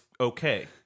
okay